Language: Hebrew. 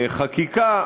בחקיקה,